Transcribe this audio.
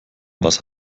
was